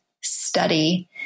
study